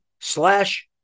slash